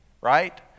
right